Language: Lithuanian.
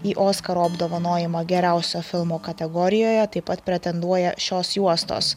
į oskaro apdovanojimą geriausio filmo kategorijoje taip pat pretenduoja šios juostos